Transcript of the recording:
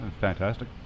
Fantastic